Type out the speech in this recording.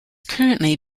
currently